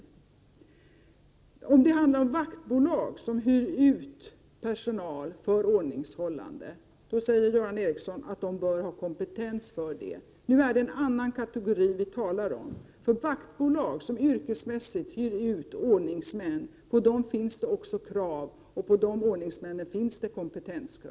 Göran Ericsson sade att om det rör sig om vaktbolag som hyr ut personal för ordningens upprätthållande, bör personalen ha kompetens för detta. Vi talar nu om en annan kategori, eftersom det ställs krav på vaktbolag som yrkesmässigt hyr ut ordningsmän, och det ställs krav på kompetens när det gäller dessa ordningsmän.